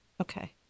Okay